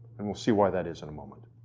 and we'll see why that is in a moment.